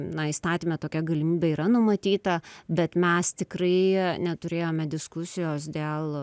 na įstatyme tokia galimybė yra numatyta bet mes tikrai neturėjome diskusijos dėl